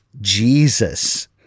Jesus